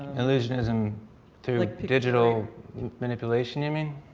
illusionism through digital manipulation you mean?